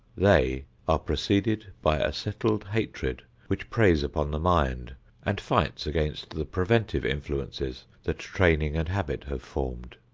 they are preceded by a settled hatred which preys upon the mind and fights against the preventive influences that training and habit have formed.